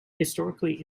historically